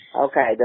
Okay